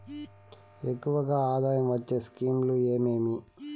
ఎక్కువగా ఆదాయం వచ్చే స్కీమ్ లు ఏమేమీ?